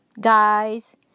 guys